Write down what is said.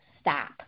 stop